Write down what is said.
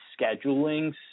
scheduling